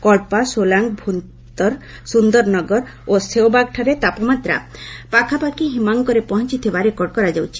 କଳ୍ପା ସୋଲାଙ୍ଗ୍ ଭୂନ୍ତର ସୁନ୍ଦରନଗର ଓ ସେଓବାଗ୍ଠାରେ ତାପମାତ୍ରା ପାଖାପାଖି ହିମାଙ୍କରେ ପହଞ୍ଚିଥିବା ରେକର୍ଡ କରାଯାଇଛି